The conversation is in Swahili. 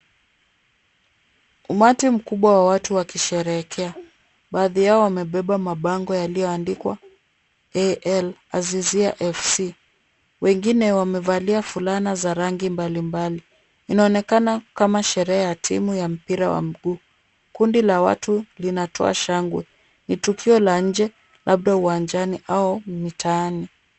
Umati mkubwa wa watu wakisherekea. Baadhi yao wamebeba mabango yaliyoandikwa AL Azizia FC. Wengine wamevalia fulana za rangi mbalimbali. Inaonekana kama sherehe ya timu ya mpira wa mguu. Kundi la watu linatoa shangwe. Ni tukio la nje labda uwanjani au mitaani.